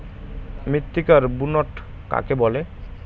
মৃত্তিকার বুনট কাকে বলে?